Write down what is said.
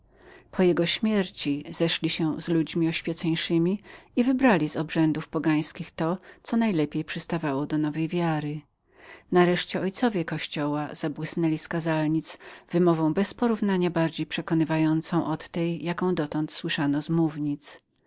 po jego śmierci zeszli się wraz z innymi oświeceńszymi ludźmi i wybrali z obrzędów pogańskich to co najlepiej przystawało dla nowej wiary nareszcie ojcowie kościoła zabłysnęli z kazalnic wymową bezporównania bardziej przekonywającą od tej jaką dotąd słyszano z mownic